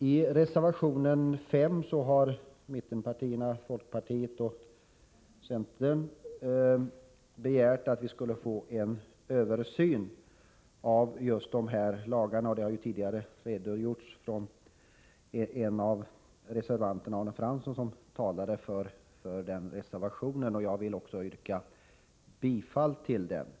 I reservation 5 har mittenpartierna, folkpartiet och centern, begärt en översyn av just ledighetslagarna. En av reservanterna, Arne Fransson, har tidigare redogjort för våra krav när han talade för denna reservation. Jag vill också yrka bifall till reservation 5.